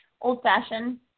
old-fashioned